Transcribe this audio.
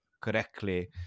correctly